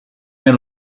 mir